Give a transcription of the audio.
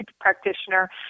practitioner